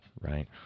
right